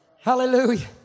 Hallelujah